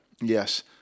Yes